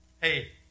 Hey